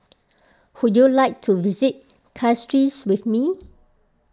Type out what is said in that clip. would you like to visit Castries with me